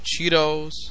Cheetos